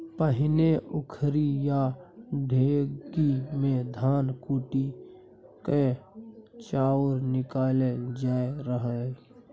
पहिने उखरि या ढेकी मे धान कुटि कए चाउर निकालल जाइ रहय